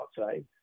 outside